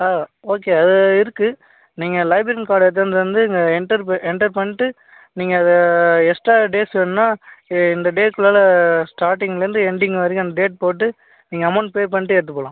ஆ okay அது இருக்கு நீங்கள் லைப்ரரியன் கார்டு எடுத்துகிட்டு வந்து இங்கே என்டர் ப என்டர் பண்ணிவிட்டு நீங்கள் அதை எக்ஸ்ட்ரா டேஸ் வேணுன்னா இந்த டேக்குள்ளாற ஸ்டார்ட்டிங்லேருந்து எண்டிங் வரைக்கும் அந்த டேட் போட்டு நீங்கள் அமௌண்ட் பே பண்ணிவிட்டு எடுத்து போகலாம்